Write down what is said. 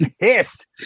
pissed